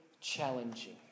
challenging